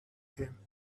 him